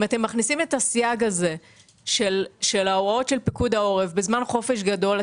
אם אתם מכניסים את הסייג של הוראות פיקוד העורף בזמן חופש גדול,